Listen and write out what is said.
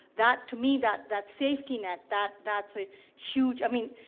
that to me, that that safety net, that that's a huge i mean,